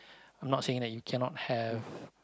I'm not saying that you cannot have